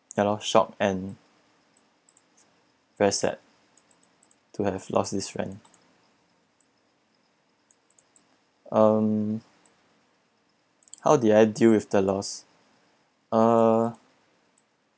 ya lor shocked and very sad to have lost this friend um how did I deal with the loss uh